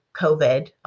COVID